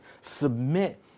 submit